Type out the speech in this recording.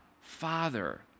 Father